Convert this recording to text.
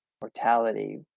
mortality